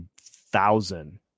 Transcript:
thousand